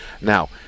Now